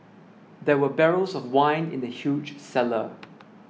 there were barrels of wine in the huge cellar